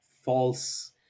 false